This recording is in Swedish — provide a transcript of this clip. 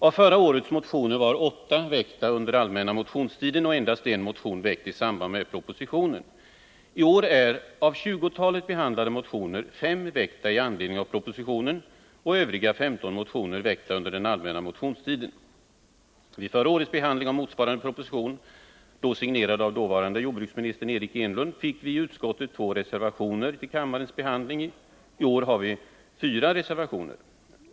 Av förra årets motioner väcktes åtta under den allmänna motionstiden och endast en motion i samband med propositionen. I år är av tjugotalet behandlade motioner fem väckta med anledning av propositionen. De övriga femton motionerna väcktes under den allmänna motionstiden. Vid förra årets behandling av motsvarande proposition, signerade av dåvarande jordbruksministern Eric Enlund, fick vi i utskottet två reservationer till kammarens behandling. I år har vi fyra reservationer.